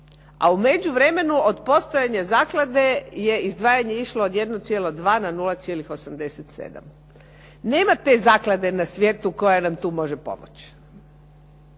a u međuvremenu od postojanja zaklade je izdvajanje išlo od 1,2 na 0,87. Nema te zaklade na svijetu koja nam tu može pomoći.